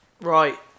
Right